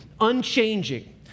unchanging